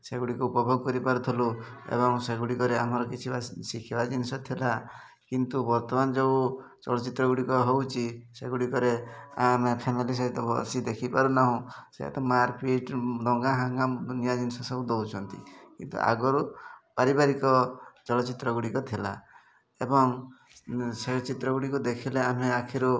ଭାରି ଅପରିଷ୍କାର ଥିଲା ଗାଡ଼ି ଭିତର ଆଉ ଆପଣଙ୍କ ଗାଡ଼ି ସେ ଯୋଉ ଡ୍ରାଇଭରଟି ଆସିଥିଲା ତାକୁ ଆପଣ ମାକ୍ସ ପିନ୍ଧିବା ପାଇଁ କହିପେ ଯେତେଥର ଗାଡ଼ି ନେଇକରି ଆସିବ ସେ ଯେମିତି ମାକ୍ସ ପିନ୍ଧିକରି ଆସିବ ବିନା ମାକ୍ସରେ ଆସୁଛି ଆମ ପସନ୍ଦ ହେଉନି ବିନା ମାକ୍ସରେ ଆସିଲେ ଆଉ କରୋନା ଟାଇମ୍ ମାସ୍କ ନ ପିନ୍ଧିଲେ କ'ଣ ହେବ ଆପଣ ତ ନିଜେ ବୁଝିଥିବେ